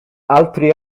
altri